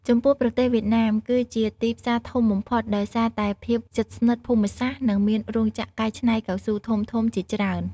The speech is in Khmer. ចំពោះប្រទេសវៀតណាម គឺជាទីផ្សារធំបំផុត ដោយសារតែភាពជិតស្និទ្ធភូមិសាស្ត្រ និងមានរោងចក្រកែច្នៃកៅស៊ូធំៗជាច្រើន។